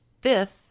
fifth